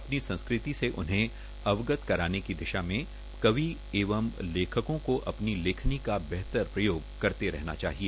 अपनी संस्कृति से उन्हें अवगत करवाने की दिशा में कवि एवं लेखकों को अपनी लेखनी का बेहतर प्रयोग करते रहना चाहिए